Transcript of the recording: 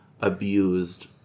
abused